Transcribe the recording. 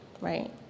right